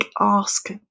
ask